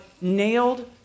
nailed